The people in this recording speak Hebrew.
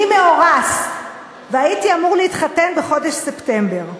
אני מאורס, והייתי אמור להתחתן בחודש ספטמבר.